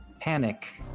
Panic